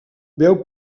veu